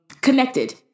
connected